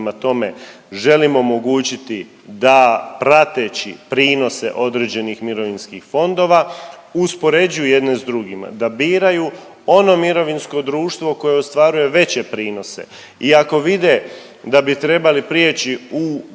tome, želim omogućiti da prateći prinose određenih mirovinskih fondova uspoređuje jedne s drugima, da biraju ono mirovinsko društvo koje ostvaruje veće prinose. I ako vide da bi trebali prijeći u